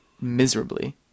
miserably